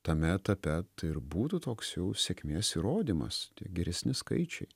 tame etape tai ir būtų toks jau sėkmės įrodymas tie geresni skaičiai